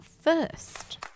first